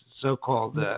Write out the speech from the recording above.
so-called